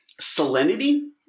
salinity